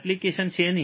application શેની